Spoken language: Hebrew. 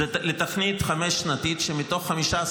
זו תוכנית חמש-שנתית, שמתוך 15